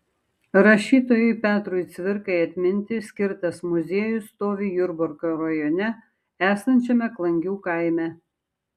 rašytojui petrui cvirkai atminti skirtas muziejus stovi jurbarko rajone esančiame klangių kaime